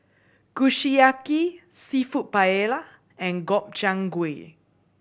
Kushiyaki Seafood Paella and Gobchang Gui